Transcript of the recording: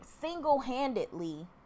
single-handedly